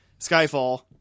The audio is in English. Skyfall